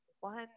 one